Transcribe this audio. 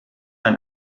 ein